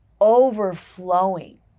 overflowing